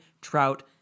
Trout